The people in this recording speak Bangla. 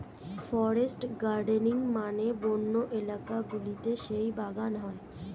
ফরেস্ট গার্ডেনিং মানে বন্য এলাকা গুলোতে যেই বাগান হয়